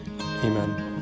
Amen